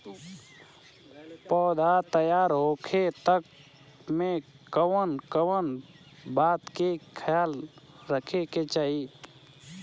पौधा तैयार होखे तक मे कउन कउन बात के ख्याल रखे के चाही?